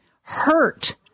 hurt